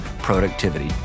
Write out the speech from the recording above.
productivity